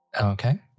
Okay